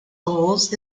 goals